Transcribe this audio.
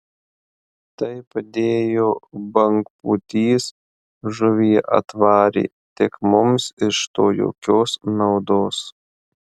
tai padėjo bangpūtys žuvį atvarė tik mums iš to jokios naudos